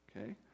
Okay